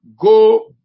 go